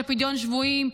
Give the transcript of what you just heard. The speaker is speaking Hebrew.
של פדיון שבויים,